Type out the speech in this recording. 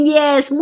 yes